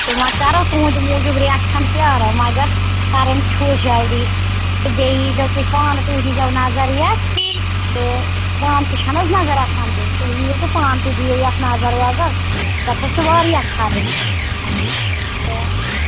تہٕ وۄنۍ کرو تُہٕنٛدِ موٗجوٗب رٮ۪تھ کھٕنٛڈ پیٛارَو مگر کَرُن چھُس جلدی تہٕ بیٚیہِ ییٖزیو تُہۍ پانہٕ تُہۍ دِیٖزیو نظر یَتھ تہٕ پانہٕ تہِ چھےٚ نہٕ حظ نظر آسان دِنۍ تُہۍ یِیِو تہٕ پانہٕ تہِ دِیِو یَتھ نظر وَظر یَتھ حظ چھِ واریاہ خرٲبی تہٕ